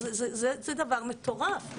זה דבר מטורף.